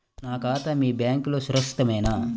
నా ఖాతా మీ బ్యాంక్లో సురక్షితమేనా?